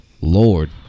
Lord